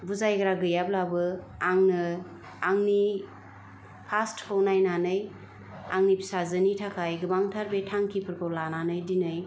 बुजायग्रा गैयाब्लाबो आङो आंनि पास्टखौ नायनानै आंनि फिसाजोनि थाखाय गोबांथार बे थांखिफोरखौ लानानै दिनै